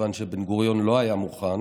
מכיוון שבן-גוריון לא היה מוכן,